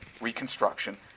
Reconstruction